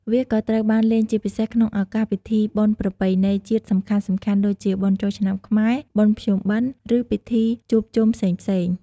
វាក៏ត្រូវបានលេងជាពិសេសក្នុងឱកាសពិធីបុណ្យប្រពៃណីជាតិសំខាន់ៗ ដូចជា បុណ្យចូលឆ្នាំខ្មែរ បុណ្យភ្ជុំបិណ្ឌ ឬពិធីជួបជុំផ្សេងៗ។